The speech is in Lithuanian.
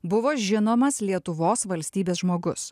buvo žinomas lietuvos valstybės žmogus